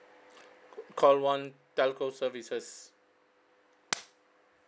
call one telco services